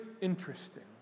interesting